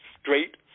straight